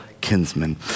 kinsmen